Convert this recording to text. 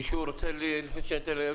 עוד מישהו רוצה לומר משהו